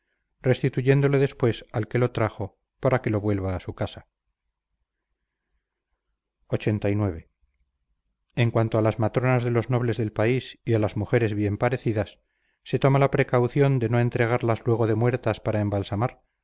restituyéndole después al que lo trajo para que lo vuelva a su casa lxxxix en cuanto a las matronas de los nobles del país y a las mujeres bien parecidas se toma la precaución de no entregarlas luego de muertas para embalsamar